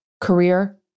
career